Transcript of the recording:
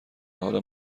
حال